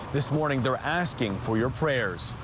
this morning they're asking for your prayers.